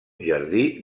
jardí